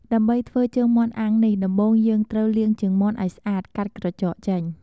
ដើម្បីធ្វើជើងមាន់អាំងនេះ ដំបូងយើងត្រូវ លាងជើងមាន់ឱ្យស្អាត កាត់ក្រចកចេញ។